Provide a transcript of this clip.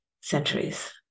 centuries